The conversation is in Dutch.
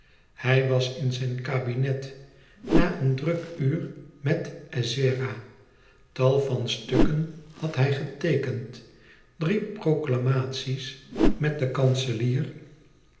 hij was in zijn kabinet na een druk uur met ezzera tal van stukken had hij geteekend drie proclamaties met den kanselier